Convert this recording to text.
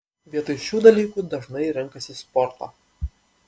vietoj šių dalykų dažnai renkasi sportą